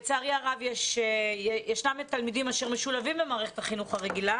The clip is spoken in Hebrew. לצערי הרב ישנם תלמידים אשר משולבים במערכת החינוך הרגילה